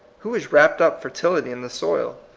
who has wrapped up fertility in the soil?